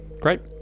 Great